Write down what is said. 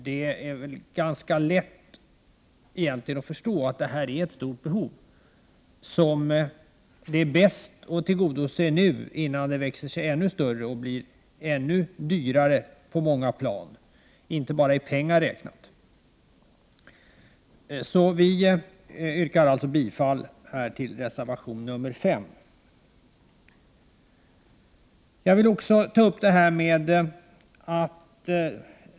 Det är ganska lätt att förstå att det här finns ett stort behov som det är bäst att tillgodose nu, innan behovet växer sig ännu större, eftersom det då blir ännu dyrare att tillgodose, på många plan — inte bara i pengar räknat. Jag yrkar alltså bifall till reservation nr 5.